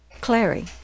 Clary